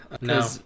no